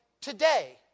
...today